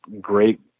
great